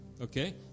Okay